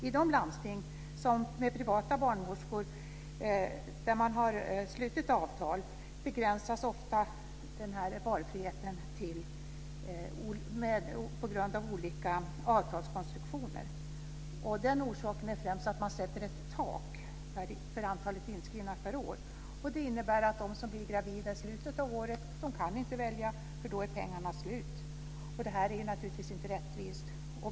I de landsting som har slutit avtal med privata barnmorskor begränsas ofta valfriheten genom olyckliga avtalskonstruktioner. Orsaken är främst att man sätter ett tak för antalet inskrivna per år. Det innebär att de som blir gravida i slutet av året kan inte välja eftersom pengarna då är slut. Detta är naturligtvis inte rättvist.